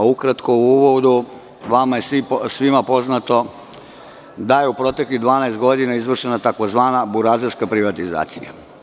Ukratko, u uvodu, vama je svim poznato da je u proteklih 12 godina izvršena tzv. burazerska privatizacija.